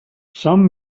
some